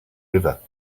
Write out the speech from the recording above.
river